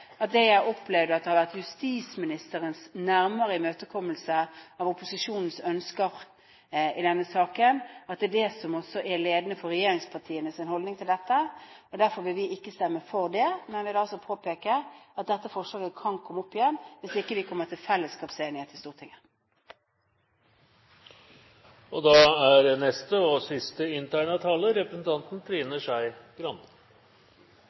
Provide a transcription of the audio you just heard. Derfor forutsetter jeg at det jeg opplevde at har vært justisministerens nærmere imøtekommelse av opposisjonens ønsker i denne saken, også er det som er ledende for regjeringspartienes holdning til dette. Derfor vil vi ikke stemme for det, men vil altså påpeke at dette forslaget kan komme opp igjen hvis vi ikke kommer til enighet i fellesskap i Stortinget. Nå er